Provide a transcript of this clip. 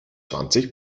zwanzig